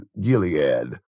Gilead